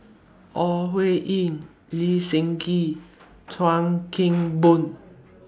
Ore Huiying Lee Seng Gee and Chuan Keng Boon